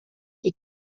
die